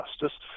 justice